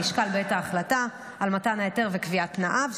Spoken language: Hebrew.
נשקל בעת ההחלטה על מתן ההיתר וקביעת תנאיו.